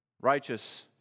righteous